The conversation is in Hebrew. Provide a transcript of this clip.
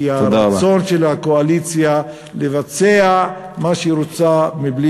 כי הרצון של הקואליציה הוא לבצע מה שהיא רוצה בלי